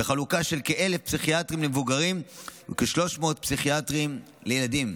בחלוקה של כ-1,000 פסיכיאטרים למבוגרים וכ-300 פסיכיאטרים לילדים.